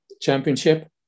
championship